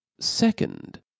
Second